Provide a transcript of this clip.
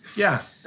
yeah.